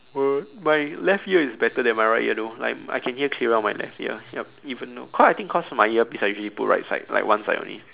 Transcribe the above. what my left ear is better than my right ear though like I can hear clearer on my left ear yup even though cause I think cause my earpiece I usually put right side like one side only